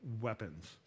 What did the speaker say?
weapons